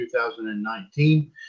2019